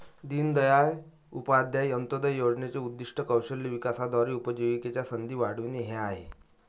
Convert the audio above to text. दीनदयाळ उपाध्याय अंत्योदय योजनेचे उद्दीष्ट कौशल्य विकासाद्वारे उपजीविकेच्या संधी वाढविणे हे आहे